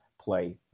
play